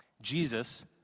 Jesus